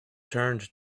turned